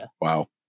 wow